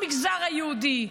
מספרים שאין במגזר היהודי.